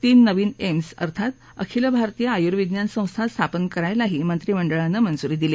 तीन नवीन एम्स अर्थात आखिल भारतीय आयुर्विज्ञान संस्था स्थापन करायला मंत्रिमंडळानं मंजुरी दिली